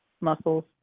muscles